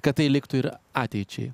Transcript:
kad tai liktų ir ateičiai